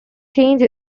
change